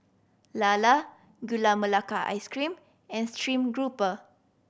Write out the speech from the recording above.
lala Gula Melaka Ice Cream and stream grouper